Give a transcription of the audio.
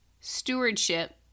stewardship